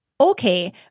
Okay